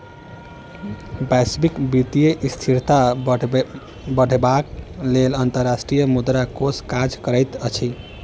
वैश्विक वित्तीय स्थिरता बढ़ेबाक लेल अंतर्राष्ट्रीय मुद्रा कोष काज करैत अछि